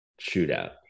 shootout